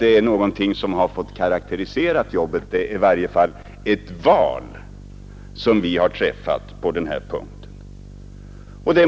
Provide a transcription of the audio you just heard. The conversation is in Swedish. Det är någonting som har fått karakterisera arbetet — i varje fall är det ett val som vi har träffat på den här punkten.